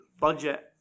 budget